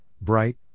bright